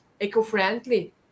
eco-friendly